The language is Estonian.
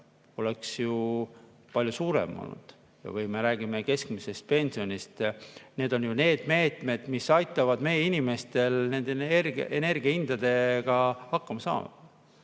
oleks ju palju suurem olnud. Või me räägime keskmisest pensionist. Need on ju need meetmed, mis aitaksid meie inimestel energiahindadega hakkama saada.